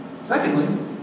Secondly